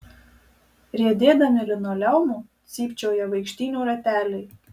riedėdami linoleumu cypčioja vaikštynių rateliai